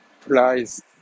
price